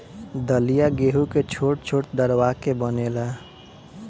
दलिया गेंहू के छोट छोट दरवा के बनेला